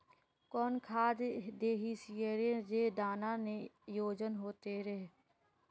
कौन खाद देथियेरे जे दाना में ओजन होते रेह?